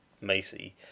Macy